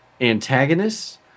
antagonists